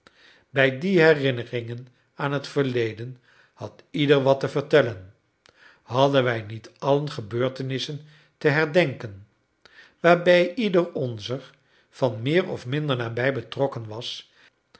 bij die herinneringen aan het verleden had ieder wat te vertellen hadden wij niet allen gebeurtenissen te herdenken waarbij ieder onzer van meer of minder nabij betrokken was